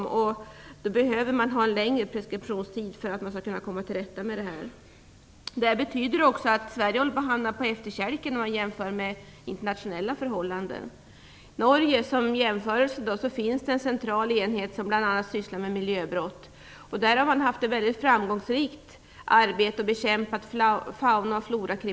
Preskriptionstiden behöver då vara längre för att man skall kunna komma till rätta med det här. Det här betyder också att Sverige håller på att hamna på efterkälken när man jämför internationellt. I Norge, som en jämförelse, finns en central enhet som bl.a. jobbar med miljöbrott. Arbetet har varit mycket framgångsrikt och fauna och florabrott har bekämpats.